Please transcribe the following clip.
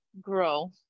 grow